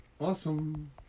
Awesome